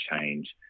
change